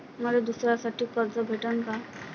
मले दसऱ्यासाठी कर्ज भेटन का?